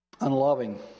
Unloving